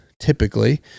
typically